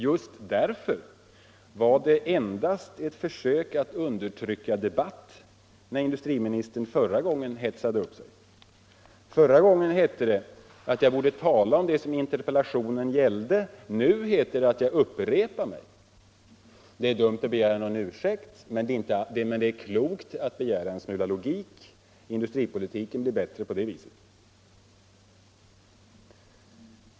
Just därför var det endast ett försök att undertrycka debatt när industriministern förra gången hetsade upp sig. Förra gången hette det att jag borde tala om det som interpellationen gällde. Nu heter det att jag upprepar mig. Det är dumt att begära någon ursäkt, men det är klokt att begära en smula logik. Industripolitiken blir bättre på det viset.